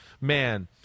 man